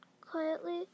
quietly